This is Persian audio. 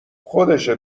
خودشه